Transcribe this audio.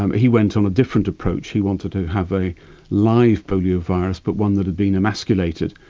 um he went on a different approach, he wanted to have a live polio virus but one that had been emasculated.